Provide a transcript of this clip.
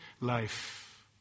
life